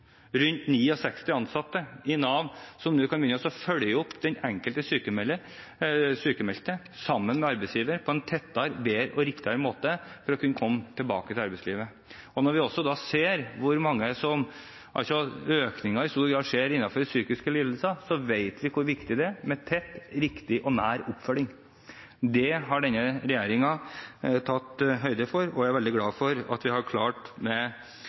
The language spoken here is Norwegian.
rundt 69 ansatte i Nav, som nå sammen med arbeidsgiveren kan følge opp den enkelte sykmeldte tettere, bedre og på riktigere måte for å komme tilbake til arbeidslivet. Når vi også ser at økningen i stor grad skjer innenfor psykiske lidelser, vet vi hvor viktig det er med tett, riktig og nær oppfølging. Det har denne regjeringen tatt høyde for, og jeg er veldig glad for at vi har klart